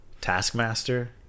Taskmaster